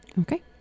Okay